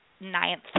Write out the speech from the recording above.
ninth